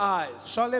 eyes